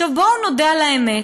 עכשיו, בואו נודה על האמת,